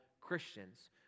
Christians